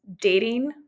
dating